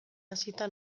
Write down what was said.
hasita